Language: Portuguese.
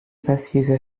pesquisa